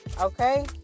okay